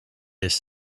his